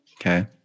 Okay